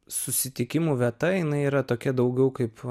susitikimų vieta jinai yra tokia daugiau kaip